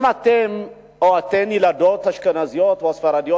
אם אתם או אתן ילדות אשכנזיות או ספרדיות,